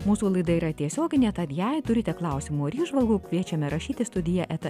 mūsų laida yra tiesioginė tad jei turite klausimų ar įžvalgų kviečiame rašyti studija eta